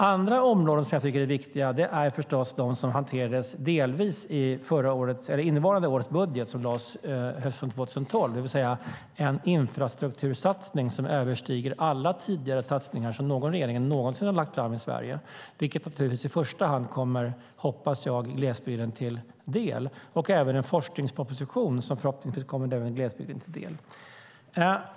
Andra områden som jag tycker är viktiga är förstås de som delvis hanterades i innevarande års budget som lades fram hösten 2012, det vill säga en infrastruktursatsning som överstiger alla tidigare satsningar som någon regering någonsin har lagt fram i Sverige. Jag hoppas att det i första hand kommer glesbygden till del. Vi har även en forskningsproposition som förhoppningsvis även kommer glesbygden till del.